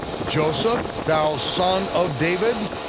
joseph, thou son of david,